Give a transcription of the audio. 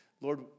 Lord